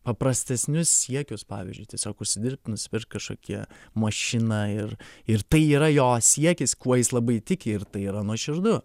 paprastesnius siekius pavyzdžiui tiesiog užsidirbt nusipirkt kažkokią mašiną ir ir tai yra jo siekis kuo jis labai tiki ir tai yra nuoširdu